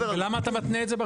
ולמה אתה מתנה את זה ברפורמה?